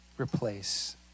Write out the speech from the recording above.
Replace